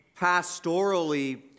pastorally